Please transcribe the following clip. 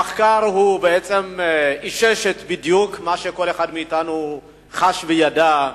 המחקר בעצם אישש בדיוק מה שכל אחד מאתנו חש וידע.